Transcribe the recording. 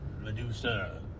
Medusa